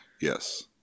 Yes